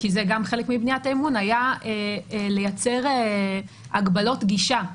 כי זה גם חלק מבניית האמון הייתה לייצר הגבלות גישה,